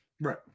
right